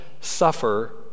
suffer